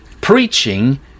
preaching